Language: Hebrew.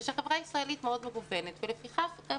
ושהחברה הישראלית מאוד מגוונת ולפיכך גם